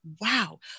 wow